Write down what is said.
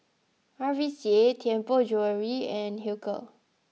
R V C A Tianpo Jewellery and Hilker